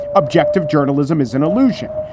objective journalism is an illusion.